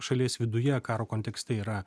šalies viduje karo kontekste yra